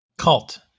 Cult